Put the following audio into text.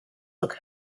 look